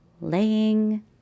laying